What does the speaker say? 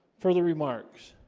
further remarks